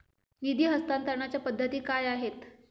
निधी हस्तांतरणाच्या पद्धती काय आहेत?